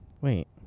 Wait